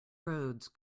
roads